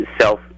self